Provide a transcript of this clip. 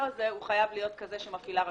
הזה חייב להיות כזה שמפעילה רשות.